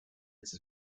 its